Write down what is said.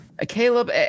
Caleb